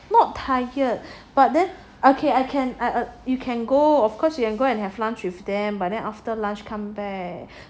not tired but then okay I can eh err you can go of course you can go and have lunch with them but then after lunch come back